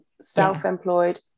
self-employed